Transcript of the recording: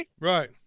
Right